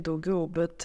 daugiau bet